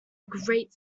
great